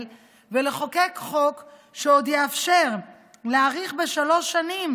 ולחוקק חוק שעוד יאפשר להאריך בשלוש שנים